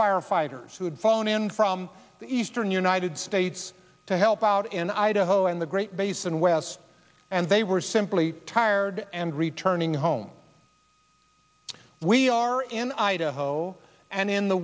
firefighters who had fallen in from the eastern united states to help out in idaho and the great basin west and they were simply tired and returning home we are in idaho and in the